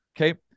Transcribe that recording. Okay